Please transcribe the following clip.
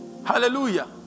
Hallelujah